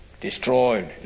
Destroyed